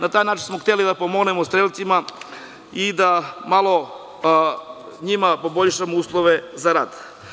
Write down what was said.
Na taj način smo hteli da pomognemo strelcima i da njima malo poboljšamo uslove za rad.